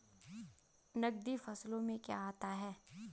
नकदी फसलों में क्या आता है?